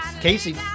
Casey